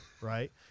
right